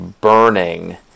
burning